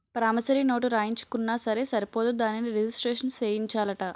promissory note రాయించుకున్నా సరే సరిపోదు దానిని రిజిస్ట్రేషను సేయించాలట